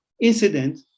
incident